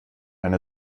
eine